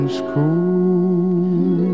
school